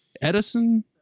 Edison